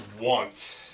want